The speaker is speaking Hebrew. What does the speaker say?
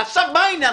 מה העניין?